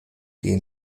den